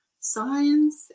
Science